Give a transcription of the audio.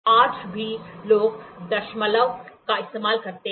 आज भी लोग दशमलव का इस्तेमाल करते हैं